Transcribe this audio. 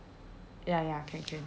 ya ya can can